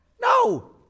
No